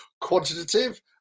Quantitative